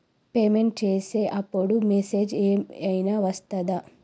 Payment చేసే అప్పుడు message ఏం ఐనా వస్తదా?